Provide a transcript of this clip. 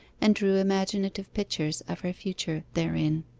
and drew imaginative pictures of her future therein.